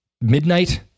midnight